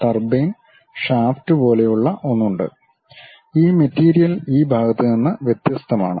turbine shaft പോലെയുള്ള ഒന്ന് ഉണ്ട് ഈ മെറ്റീരിയൽ ഈ ഭാഗത്ത് നിന്ന് വ്യത്യസ്തമാണ്